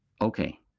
Okay